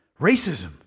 Racism